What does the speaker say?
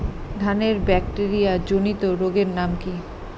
ধানের ব্যাকটেরিয়া জনিত রোগের নাম কি?